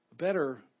better